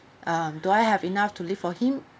um do I have enough to live for him